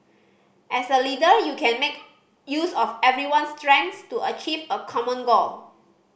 as a leader you can make use of everyone's strengths to achieve a common goal